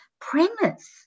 premise